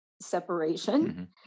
separation